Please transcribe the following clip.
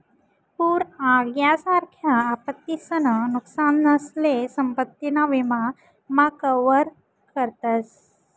पूर आग यासारख्या आपत्तीसन नुकसानसले संपत्ती ना विमा मा कवर करतस